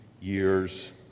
years